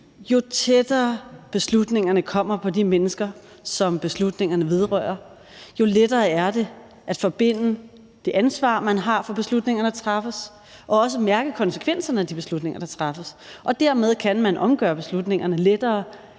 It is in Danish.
Jo tættere beslutningerne kommer på de mennesker, som beslutningerne vedrører, jo lettere er det at forbinde til det ansvar, man har for beslutninger, der træffes, og også at mærke konsekvenserne af de beslutninger, der træffes. Og dermed kan man omgøre beslutningerne lettere,